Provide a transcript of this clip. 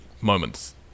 moments